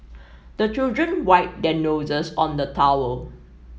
the children wipe their noses on the towel